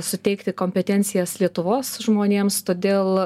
suteikti kompetencijas lietuvos žmonėms todėl